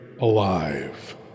Alive